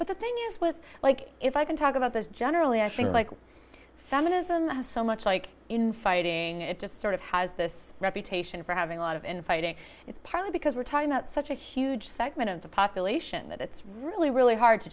but the thing is with like if i can talk about this generally i think like feminism has so much like in fighting it just sort of has this reputation for having a lot of in fighting it's partly because we're talking about such a huge segment of the population that it's really really hard to